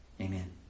Amen